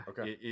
Okay